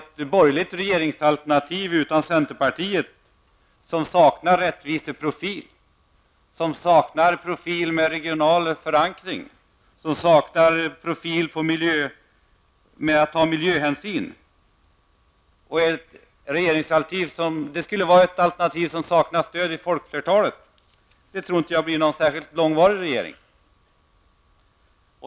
Ett borgerligt regeringsalternativ utan centerpartiet, ett alternativ som saknar rättviseprofil, som saknar regional förankring, som inte tar miljöhänsyn, det skulle vara ett regeringsalternativ utan stöd hos folkflertalet, och jag tror inte att det skulle bli någon särskilt långvarig regering.